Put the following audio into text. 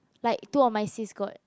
like two of my sis got